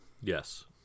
Yes